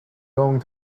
going